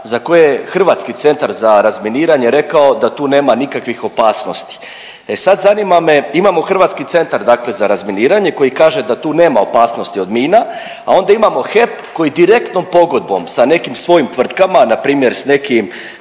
za koje je Hrvatski centar za razminiranje rekao da tu nema nikakvih opasnosti. E sad zanima me, imamo Hrvatski centar dakle za razminiranje koji kaže da tu nema opasnosti od mina, a onda imamo HEP koji direktnom pogodbom sa nekim svojim tvrtkama npr. s nekim